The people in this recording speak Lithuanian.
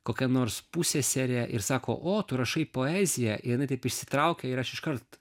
kokia nors pusseserė ir sako o tu rašai poeziją ir jinai taip išsitraukia ir aš iškart